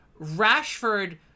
Rashford